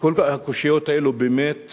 כל הקושיות האלה באמת